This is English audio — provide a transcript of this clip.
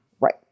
Right